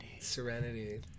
Serenity